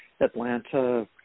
Atlanta